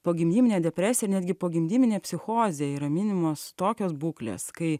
pogimdyminė depresija ir netgi pogimdyminė psichozė yra minimos tokios būklės kai